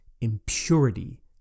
impurity